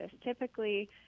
Typically